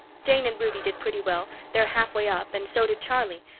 jane and ruby did pretty well they're halfway up and so did charlie.